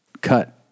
cut